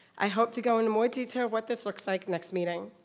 i hope to go into more detail of what this looks like next meeting.